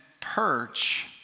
perch